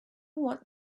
want